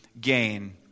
gain